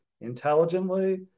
intelligently